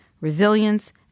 resilience